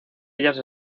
ellas